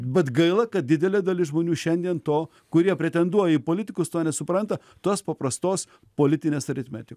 bet gaila kad didelė dalis žmonių šiandien to kurie pretenduoja į politikus to nesupranta tos paprastos politinės aritmeti